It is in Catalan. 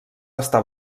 està